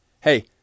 hey